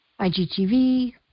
IGTV